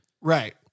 Right